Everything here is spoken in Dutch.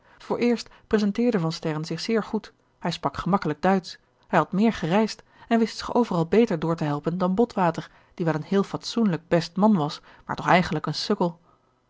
vooreerst presenteerde van sterren zich zeer goed hij sprak gemakkelijk duitsch hij had meer gereisd en wist zich overal beter door te helpen dan botwater die wel een heel fatsoenlijk best man was maar toch eigenlijk een sukkel